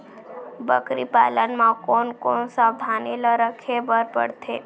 बकरी पालन म कोन कोन सावधानी ल रखे बर पढ़थे?